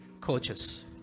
coaches